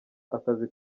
akazi